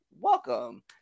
welcome